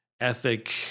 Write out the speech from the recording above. ethic